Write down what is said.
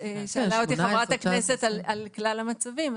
שאלה אותי חברת הכנסת על כלל המצבים.